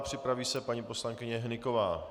Připraví se paní poslankyně Hnyková.